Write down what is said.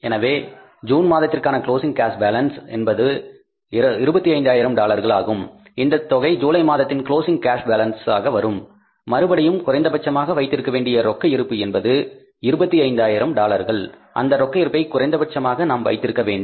எனவே ஜூன் மாதத்திற்கான closing cash balance என்பது 25000 டாலர்களாகும் இந்த தொகை ஜூலை மாதத்தின் க்ளோஸிங் கேஷ் பாலன்ஸ் ஆக வரும் மறுபடியும் குறைந்தபட்சமாக வைத்திருக்கவேண்டிய ரொக்க இருப்பு என்பது 25 ஆயிரம் டாலர்கள் அந்த ரொக்க இருப்பை குறைந்தபட்சமாக நாம் வைத்திருக்க வேண்டும்